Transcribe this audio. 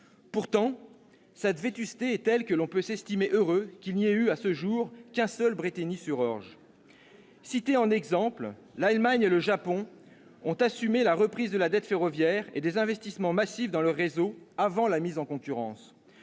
vétusté de ce dernier est telle que l'on peut s'estimer heureux qu'il n'y ait eu, à ce jour, qu'un seul Brétigny-sur-Orge ! Cités en exemples, l'Allemagne et le Japon ont assumé la reprise de la dette ferroviaire et déployé des investissements massifs dans leur réseau avant la mise en concurrence.